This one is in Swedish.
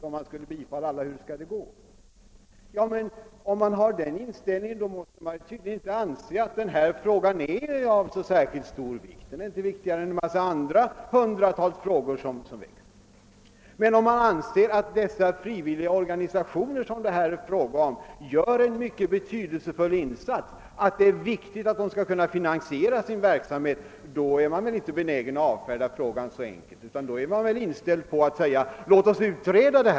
Om man har den inställningen anser man tydligen att frågan inte är av särskilt stor vikt; den är inte viktigare än hundratals andra frågor. Om man däremot anser att dessa frivilliga organisationer gör en mycket betydelsefull insats och att det därför är värdefullt att de kan finansiera sin verksamhet, är man inte benägen att avfärda frågan så enkelt, utan då är man väl inställd på att i stället säga: Låt oss utreda detta!